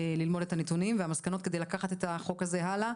ללמוד את הנתונים והמסקנות שלו כדי לקחת את החוק הזה הלאה.